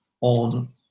on